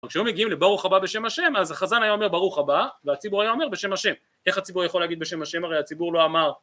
כשהיו מגיעים לברוך הבא בשם השם, אז החזן היה אומר ברוך הבא והציבור היה אומר בשם השם. איך הציבור יכול להגיד בשם השם, הרי הציבור לא אמר